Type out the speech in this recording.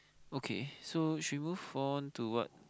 okay so should move on to what